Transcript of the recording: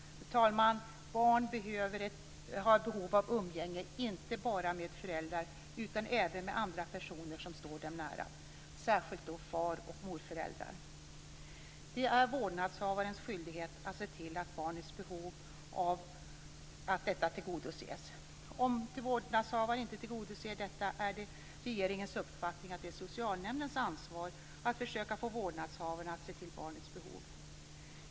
Fru talman! Barn har ett behov av umgänge inte bara med föräldrarna utan även med andra personer som står dem nära, särskilt då far och morföräldrar. Det är vårdnadshavarens skyldighet att se till att detta behov tillgodoses. Om vårdnadshavaren inte gör det är det regeringens uppfattning att det är socialnämndens ansvar att försöka få vårdnadshavaren att se till barnets behov.